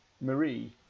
Marie